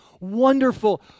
wonderful